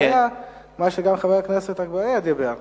הבעיה, מה שגם חבר הכנסת אגבאריה אמר,